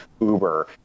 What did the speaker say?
Uber